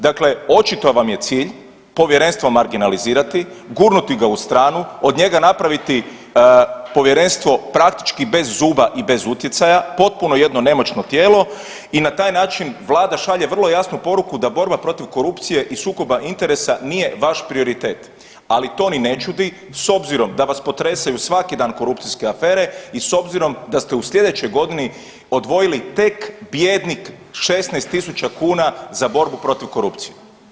Dakle, očito vam je cilj povjerenstvo marginalizirati, gurnuti ga u stranu od njega napraviti povjerenstvo praktički bez zuba i bez utjecaja, potpuno jedno nemoćno tijelo i na taj način Vlada šalje vrlo jasnu poruku da borba protiv korupcije i sukoba interesa nije vaš prioritet, ali to ni ne čudi s obzirom da vas potresaju svaki dan korupcijske afere i s obzirom da ste u sljedećoj godini odvojili tek bijednih 16.000 kuna za borbu protiv korupcije.